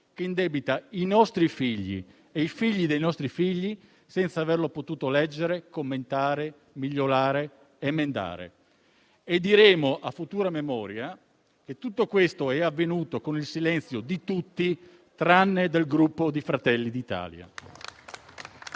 che indebita i nostri figli e i figli dei nostri figli, senza averlo potuto leggere, commentare, migliorare, emendare. E diremo a futura memoria che tutto questo è avvenuto con il silenzio di tutti, tranne che del Gruppo Fratelli d'Italia.